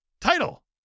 title